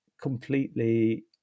completely